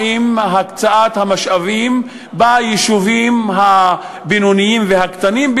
להקצאת המשאבים ביישובים הבינוניים והקטנים,